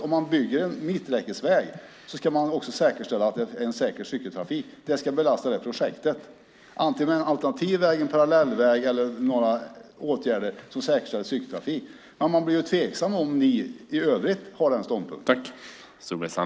Om man bygger en mitträckesväg är det rimligt att man också ska säkerställa en säker cykeltrafik. Det ska belasta det projektet, med en alternativ väg, en parallellväg eller andra åtgärder som säkerställer cykeltrafik. Man blir ju tveksam till om ni i övrigt har den ståndpunkten.